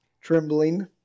trembling